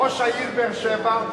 ראש העיר באר-שבע,